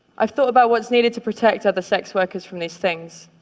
i've thought about what's needed to protect other sex workers from these things.